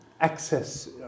access